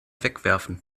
wegwerfen